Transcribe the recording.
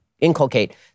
inculcate